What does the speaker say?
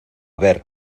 ver